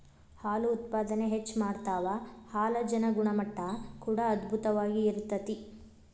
ಹಾಲು ಉತ್ಪಾದನೆ ಹೆಚ್ಚ ಮಾಡತಾವ ಹಾಲಜನ ಗುಣಮಟ್ಟಾ ಕೂಡಾ ಅಧ್ಬುತವಾಗಿ ಇರತತಿ